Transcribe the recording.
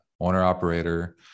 owner-operator